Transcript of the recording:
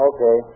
Okay